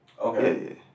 Okay